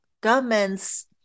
governments